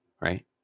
Right